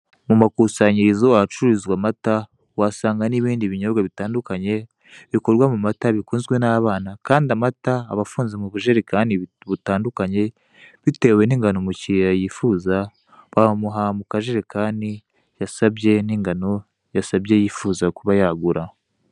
Mu makusanyirizo ahacururizwa amata wahasanga n'ibindi binyobwa bitandukanye, bikorwa mu mata bikunzwe n'abana, kandi amata aba afunze mu bujerekani butandukanye bitewe ningano yifuza, wamuha mu kajerekani yasabye n'ingano yasabye yifuza kuba yagura.